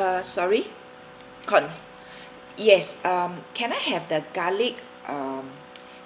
uh sorry con~ yes um can I have the garlic um